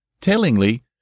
Tellingly